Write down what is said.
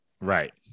Right